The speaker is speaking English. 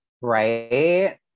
Right